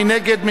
מי נגד?